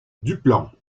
duplan